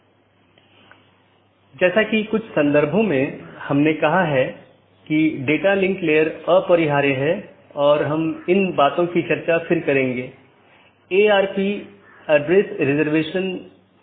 किसी भी ऑटॉनमस सिस्टमों के लिए एक AS नंबर होता है जोकि एक 16 बिट संख्या है और विशिष्ट ऑटोनॉमस सिस्टम को विशिष्ट रूप से परिभाषित करता है